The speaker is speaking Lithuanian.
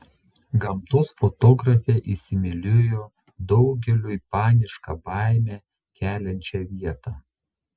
gamtos fotografė įsimylėjo daugeliui panišką baimę keliančią vietą